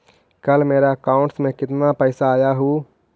कल मेरा अकाउंटस में कितना पैसा आया ऊ?